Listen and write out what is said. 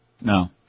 No